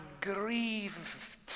grieved